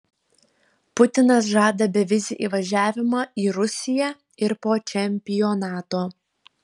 putinas žada bevizį įvažiavimą į rusiją ir po čempionato